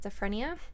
schizophrenia